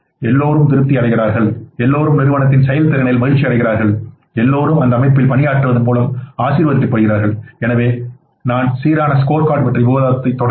எல்லோரும் திருப்தி அடைகிறார்கள் எல்லோரும் நிறுவனத்தின் செயல்திறனில் மகிழ்ச்சியடைகிறார்கள் எல்லோரும் அந்த அமைப்பில் பணியாற்றுவதன் மூலம் ஆசீர்வதிக்கப்படுகிறார்கள் எனவே நான் சீரான ஸ்கோர்கார்டு பற்றிய விவாதத்தைத் தொடங்கினேன்